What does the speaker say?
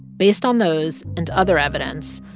based on those and other evidence,